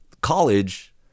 college